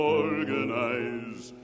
organize